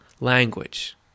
language